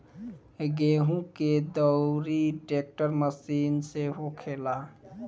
गेहूं के दउरी ट्रेक्टर मशीन से होखेला